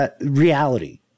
reality